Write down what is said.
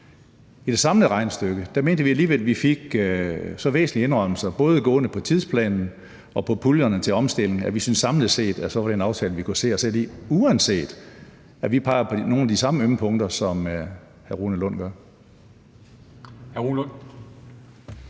I det samlede regnestykke mente vi alligevel, at vi fik så væsentlige indrømmelser, både gående på tidsplanen og på puljerne til omstilling, at vi samlet set syntes, at det var en aftale, vi kunne se os selv i, uanset at vi peger på nogle af de samme ømme punkter, som hr. Rune Lund gør.